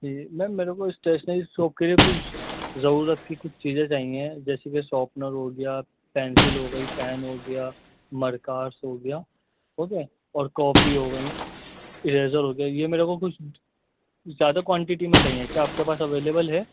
جی ma'am میرے کو stationery shop کے لیے کچھ ضرورت کی کچھ چیزیں چاہییں جیسے کہ ساپنر ہو گیا پنسل ہو گئی پین ہو گیا مرکاس ہو گیا اوکے اور کاپی ہو گئیں اریزر ہو گیا یہ میرے کو کچھ زیادہ کوانٹٹی میں چاہییں کیا آپ کے پاس اویلیبل ہے